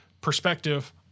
perspective